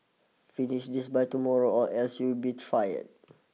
finish this by tomorrow or else you'll be fired